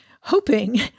hoping